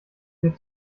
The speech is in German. wir